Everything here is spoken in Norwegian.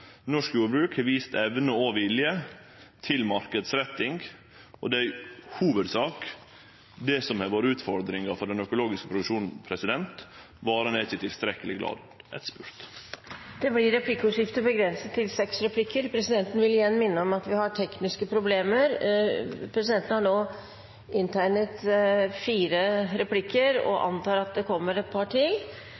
Norsk jordbruk har vist evne og vilje til marknadsretting. Det er i hovudsak det som har vore utfordringa til den økologiske produksjonen: Varene er ikkje i tilstrekkeleg grad etterspurde. Det blir replikkordskifte.